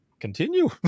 continue